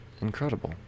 incredible